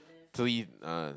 three uh